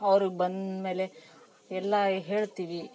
ಅವರು ಬಂದ ಮೇಲೆ ಎಲ್ಲ ಹೇಳ್ತಿವಿ